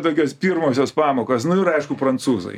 tokios pirmosios pamokos nu ir aišku prancūzai